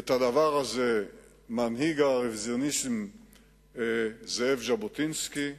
את הדבר הזה מנהיג הרוויזיוניסטים זאב ז'בוטינסקי,